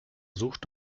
sucht